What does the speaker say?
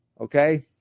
okay